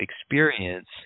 experience